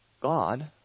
God